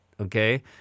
Okay